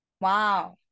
wow